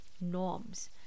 norms